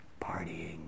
Partying